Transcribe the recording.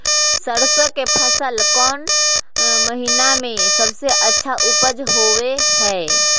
सरसों के फसल कौन महीना में सबसे अच्छा उपज होबो हय?